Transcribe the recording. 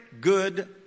good